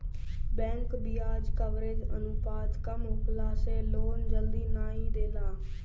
bank बियाज coverage अनुपात कम होखला से लोन जल्दी नाइ देला